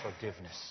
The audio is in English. forgiveness